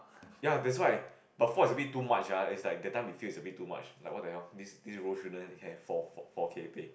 ya that's why but four is a bit too much ah is like that time increase a bit too much like what the hell is emotional have four K four K pay